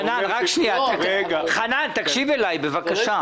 חנן פריצקי, תקשיב לי בבקשה.